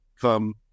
come